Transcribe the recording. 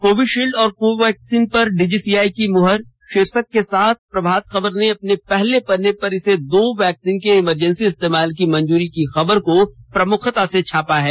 Covishield और Covaxin पर DGCI की मुहर शीर्षक के साथ प्रभात खबर ने अपने पहले पन्ने पर इस दो वैक्सीन के इमरजेंसी इस्तेमाल की मंजूरी की खबर को प्रमुखता से छापा है